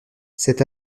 cet